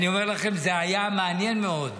אני אומר לכם, זה היה מעניין מאוד.